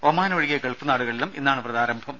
Oman ഒഴികെ Gulf നാടുകളിലും ഇന്നാണ് വ്രതാരംഭം